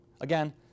Again